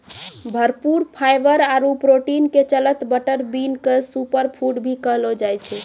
भरपूर फाइवर आरो प्रोटीन के चलतॅ बटर बीन क सूपर फूड भी कहलो जाय छै